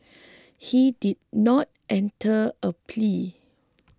he did not enter a plea